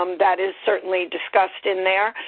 um that is certainly discussed in there.